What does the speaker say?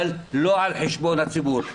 אבל לא על חשבון הציבור.